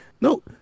no